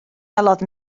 welodd